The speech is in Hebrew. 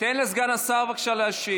תן לסגן השר להשיב, בבקשה.